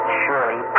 surely